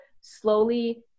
slowly